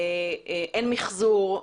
אין מחזור.